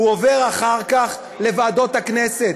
הוא עובר אחר כך לוועדות הכנסת.